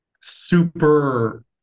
super